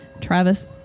Travis